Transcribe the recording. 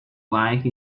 like